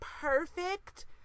perfect